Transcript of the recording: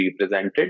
represented